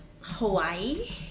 hawaii